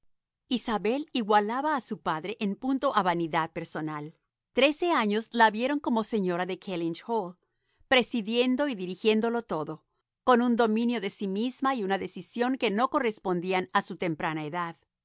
igualaba a su padre en punto a vanidad personal trece años la vieron como señora de kellynch hall presidiendo y dirigiéndolo todo con un dominio de sí misma y una decisión que no correspondían a su temprana edad